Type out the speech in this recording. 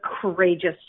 courageous